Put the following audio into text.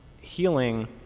healing